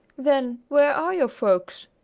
then where are your folks?